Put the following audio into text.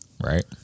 right